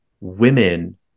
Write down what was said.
women